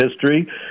history